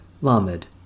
Lamed